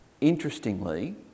Interestingly